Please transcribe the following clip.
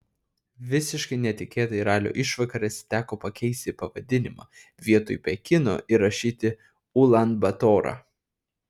visiškai netikėtai ralio išvakarėse teko pakeisti pavadinimą vietoj pekino įrašyti ulan batorą